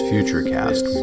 FutureCast